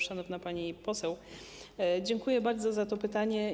Szanowna pani poseł, dziękuję bardzo za to pytanie.